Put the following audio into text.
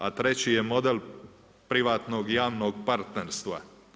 A treći je model, privatnog, javnog partnerstva.